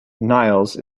niles